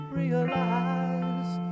realize